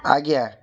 ଆଜ୍ଞା